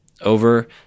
over